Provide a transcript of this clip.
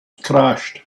crashed